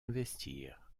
investir